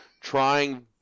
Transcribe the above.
trying